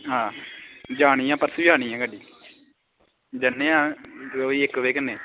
आं जानी ऐ परसों जानी ऐ गड्डीजन्ने आं कोई दपैहरीं इक्क बजे कन्नै